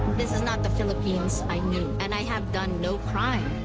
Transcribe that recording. this is not the philippines i knew. and i have done no crime.